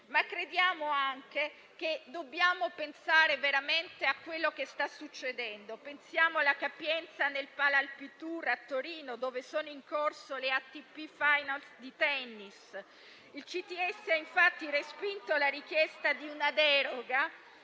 Crediamo però anche che dobbiamo pensare veramente a quello che sta succedendo. Pensiamo alla capienza nel Pala Alpitour di Torino, dove sono in corso le ATP Finals di tennis. Il CTS ha respinto la richiesta di una deroga